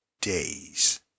Days